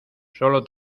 solo